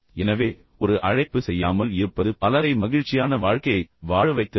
எனவே ஒரு அழைப்பு செய்யாமல் இருப்பது பலரை மகிழ்ச்சியான வாழ்க்கையை வாழ வைத்திருக்கும்